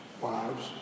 wives